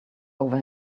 over